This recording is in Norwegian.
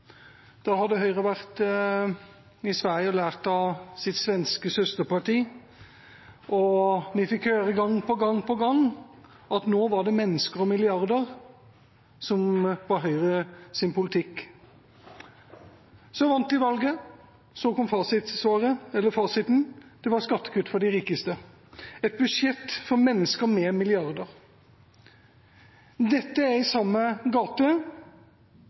Da hadde Høyre vært i Sverige og lært av sitt svenske søsterparti, og vi fikk høre gang på gang på gang at nå var det «mennesker, ikke milliarder» som var Høyres politikk. Så vant de valget, og da kom fasiten: skattekutt for de rikeste, et budsjett for mennesker med milliarder. Dette er i samme gate.